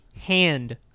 hand